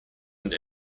und